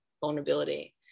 vulnerability